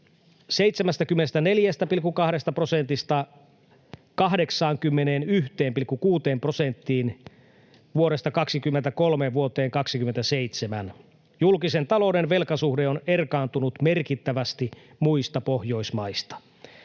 74,2 prosentista 81,6 prosenttiin vuodesta 23 vuoteen 27. Julkisen talouden velkasuhde on erkaantunut merkittävästi muista Pohjoismaista.